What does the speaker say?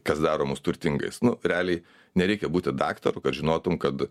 kas daro mus turtingais nu realiai nereikia būti daktaru kad žinotum kad